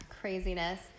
craziness